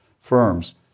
firms